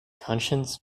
conscience